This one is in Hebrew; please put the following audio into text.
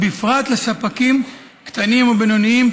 ובפרט לספקים קטנים ובינוניים,